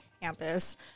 campus